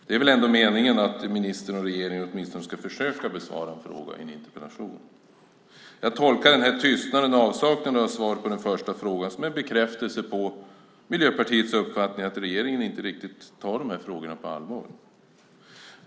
Det är väl ändå meningen att ministern och regeringen åtminstone ska försöka besvara en fråga i en interpellation. Jag tolkar tystnaden och avsaknaden av svar på den första frågan som en bekräftelse på Miljöpartiets uppfattning att regeringen inte tar de här frågorna riktigt på allvar.